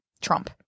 Trump